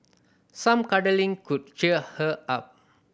some cuddling could cheer her up